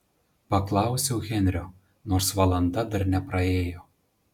paklausiau henrio nors valanda dar nepraėjo